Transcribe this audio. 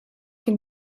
can